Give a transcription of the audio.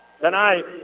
tonight